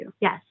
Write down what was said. Yes